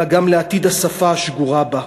אלא גם לעתיד השפה השגורה בה.